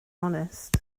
onest